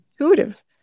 intuitive